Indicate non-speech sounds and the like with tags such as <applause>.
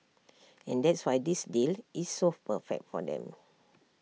<noise> and that's why this deal is so perfect for them